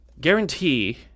Guarantee